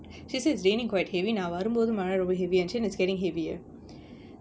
she said it's raining quite heavy now நா வரும்போது மழ ரொம்ப:naa varumpothu mala romba heavy ah இருந்ச்சு:irunchu is getting heavier